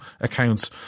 accounts